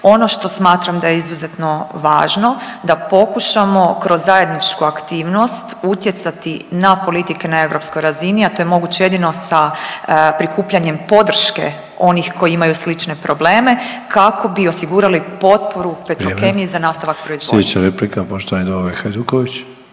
Ono što smatram da je izuzetno važno da pokušamo kroz zajedničku aktivnost utjecati na politike na europskoj razini, a to je moguće jedino sa prikupljanjem podrške onih koji imaju slične probleme kako bi osigurali potporu Petrokemiji …/Upadica: Vrijeme./…